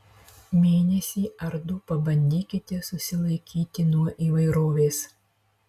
mėnesį ar du pabandykite susilaikyti nuo įvairovės